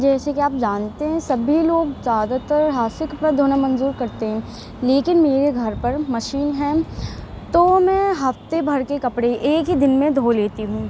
جیسے کہ آپ جانتے ہیں سبھی لوگ زیادہ تر ہاتھ سے کپڑا دھونا منظور کرتے ہیں لیکن میرے گھر پر مشین ہے تو میں ہفتے بھر کے کپڑے ایک ہی دن میں دھو لیتی ہوں